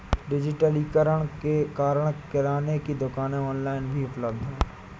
डिजिटलीकरण के कारण किराने की दुकानें ऑनलाइन भी उपलब्ध है